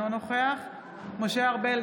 אינו נוכח משה ארבל,